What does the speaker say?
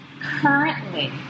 Currently